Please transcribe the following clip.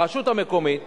הרשות המקומית